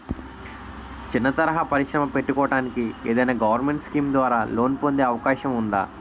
చిన్న తరహా పరిశ్రమ పెట్టుకోటానికి ఏదైనా గవర్నమెంట్ స్కీం ద్వారా లోన్ పొందే అవకాశం ఉందా?